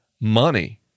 money